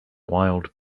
wild